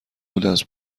بوداز